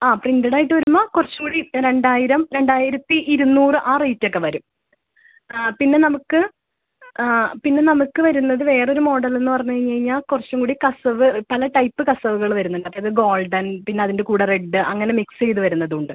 ആ പ്രിൻ്റ ആയിട്ട് വരുമ്പോൾ കുറച്ചും കൂടി രണ്ടായിരം രണ്ടായിരത്തി ഇരുന്നൂറ് ആ റേറ്റൊക്കെ വരും പിന്നെ നമുക്ക് പിന്നെ നമുക്ക് വരുന്നത് വേറൊര് മോഡൽ എന്ന് പറഞ്ഞ് കഴിഞ്ഞ് കഴിഞ്ഞാൽ കുറച്ചും കൂടി കസവ് പല ടൈപ്പുകള് കസവ് വരുന്നുണ്ട് അതായത് ഗോൾഡൻ പിന്നെ അതിൻ്റെ കൂടെ റെഡ് അങ്ങനെ മിക്സ് ചെയ്ത് വരുന്നതുണ്ട്